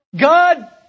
God